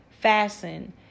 fasten